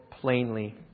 plainly